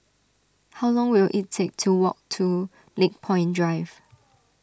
how long will it take to walk to Lakepoint Drive